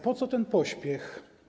Po co ten pośpiech?